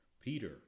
Peter